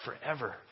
forever